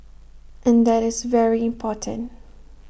and that is very important